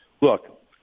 look